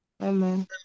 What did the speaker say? Amen